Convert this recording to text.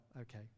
okay